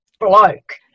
bloke